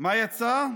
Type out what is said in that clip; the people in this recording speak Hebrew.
מה יצא?